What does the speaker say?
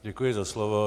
Děkuji za slovo.